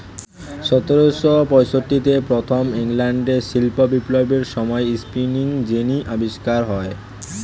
সতেরোশো পঁয়ষট্টিতে প্রথম ইংল্যান্ডের শিল্প বিপ্লবের সময়ে স্পিনিং জেনি আবিষ্কার হয়